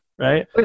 right